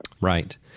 Right